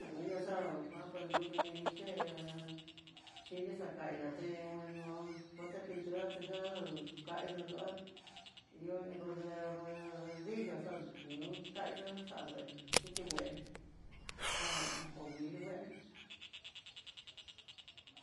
Tekuana xa'á kuan pa nrukuni ché, xhini xa idá té ngueno hó pintura ti ndá kaita nduá ihó iin nrode nrode rrodillo xa nió ka ixa'á xa ngueno xhiti ngueno xa'á ko nguili ngueno.